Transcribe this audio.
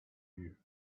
you